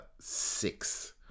six